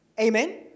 Amen